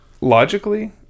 logically